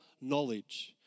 knowledge